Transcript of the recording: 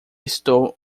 estou